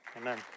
Amen